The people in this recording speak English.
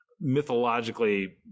mythologically